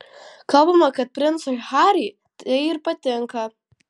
kalbama kad princui harry tai ir patinka